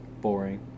Boring